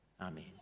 Amen